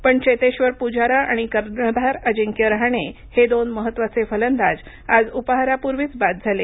पण चेतेश्वर पुजारा आणि कर्णधार अजिंक्य रहाणे हे दोन महत्त्वाचे फलंदाज आज उपाहारापूर्वीच बाद झाले